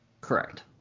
Correct